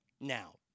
Now